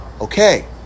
Okay